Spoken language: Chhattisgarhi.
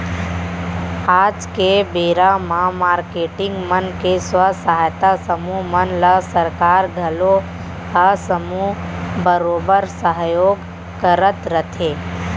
आज के बेरा म मारकेटिंग मन के स्व सहायता समूह मन ल सरकार घलौ ह समूह बरोबर सहयोग करत रथे